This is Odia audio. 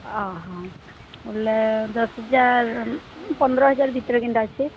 ଅ ହଁ ବୋଲେ ଦଶ ହଜାର ପନ୍ଦର ହଜାର ଭିତରେ କେନ୍ଟା ଅଛି